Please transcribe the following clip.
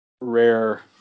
rare